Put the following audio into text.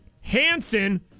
Hanson